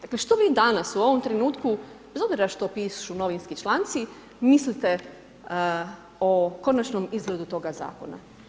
Dakle, što vi danas u ovom trenutku bez obzira što pišu novinski članci mislite o konačnom izgledu toga zakona.